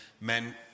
men